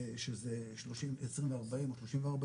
שזה 20 ו-40 או 30 ו-40,